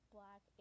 Black